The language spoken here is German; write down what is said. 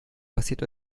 passiert